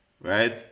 right